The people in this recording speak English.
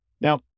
Now